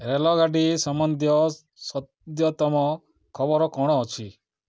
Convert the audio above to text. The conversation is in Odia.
ରେଳଗାଡ଼ି ସମ୍ବନ୍ଧୀୟ ସଦ୍ୟତମ ଖବର କ'ଣ ଅଛି